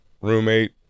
roommate